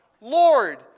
Lord